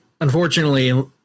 unfortunately